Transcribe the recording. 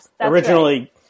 originally